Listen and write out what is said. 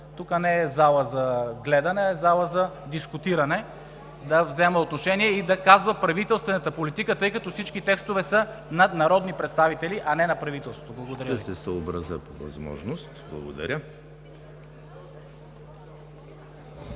тук не е зала за гледане, а е зала за дискутиране – да вземе отношение и да казва правителствената политика, тъй като всички текстове са на народни представители, а не на правителството. Благодаря